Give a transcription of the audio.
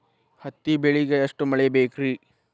ಹತ್ತಿ ಬೆಳಿಗ ಎಷ್ಟ ಮಳಿ ಬೇಕ್ ರಿ?